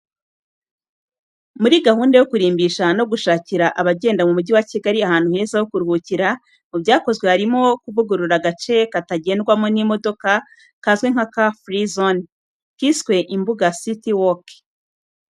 Muri gahunda yo kurimbisha no gushakira abagenda mu Mujyi wa Kigali ahantu heza ho kuruhukira, mu byakozwe harimo no kuvugurura agace katagendwamo n’imodoka kazwi nka ‘Car Free Zone’ kiswe ‘Imbuga City Walk’.